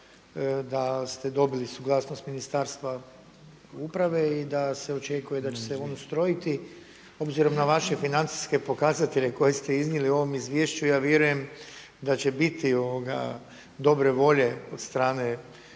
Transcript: da ste dobili suglasnost Ministarstva uprave i da se očekuje da će se on ustrojiti obzirom na vaše financijske pokazatelje koje ste iznijeli u ovom izvješću ja vjerujem da će biti dobre volje od strane